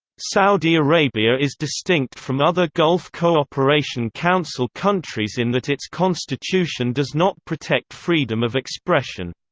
saudi arabia is distinct from other gulf cooperation council countries in that its constitution does not protect freedom of expression.